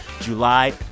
July